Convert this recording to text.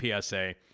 PSA